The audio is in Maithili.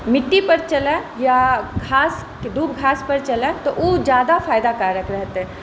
मिट्टी पर चलै या घास दुब घास पर चलै तऽ ओ ज्यादा फायदाकरक रहतै